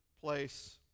place